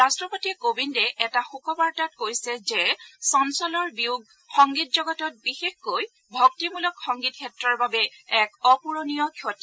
ৰট্টপতি কোৱিন্দে এটা শোকবাৰ্তাক কৈছে যে চঞ্চলৰ বিয়োগ সংগীতজগত বিশেষকৈ ভক্তিমূলক সংগীত ক্ষেত্ৰৰ বাবে এক অপূৰণীয় ক্ষতি